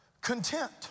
content